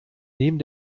neben